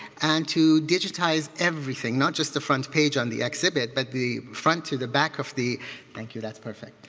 and to digitize everything, not just the front page on the exhibit but the front to the back of the thank you, that's perfect.